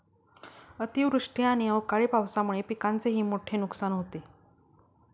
अतिवृष्टी आणि अवकाळी पावसामुळे पिकांचेही मोठे नुकसान होते